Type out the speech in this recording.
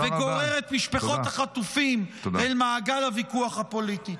-- וגורר את משפחות החטופים אל מעגל הוויכוח הפוליטי.